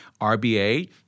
RBA